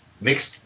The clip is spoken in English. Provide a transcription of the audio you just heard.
mixed